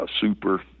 super